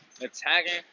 attacking